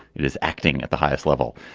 it is acting at the highest level.